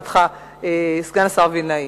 סגן השר וילנאי,